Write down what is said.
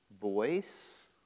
voice